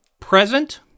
present